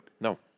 No